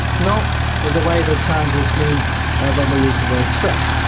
it's not the way that scientists mean when they use the word stressed.